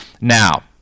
Now